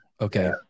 okay